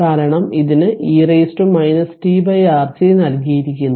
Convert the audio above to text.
കാരണം ഇതിന് e tRC നൽകിയിരിക്കുന്നു